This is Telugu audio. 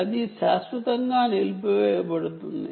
అది ట్యాగ్ను శాశ్వతంగా నిలిపివేస్తుంది